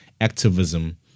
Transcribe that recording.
activism